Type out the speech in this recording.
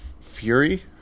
Fury